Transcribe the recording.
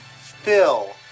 Phil